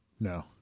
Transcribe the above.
No